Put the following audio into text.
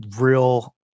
real